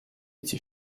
идти